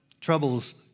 troubles